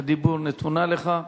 הדיבור נתונה לך.